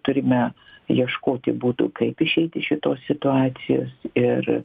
turime ieškoti būdų kaip išeiti iš šitos situacijos ir